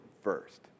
first